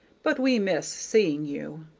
but we miss seeing you.